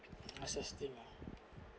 assisting ah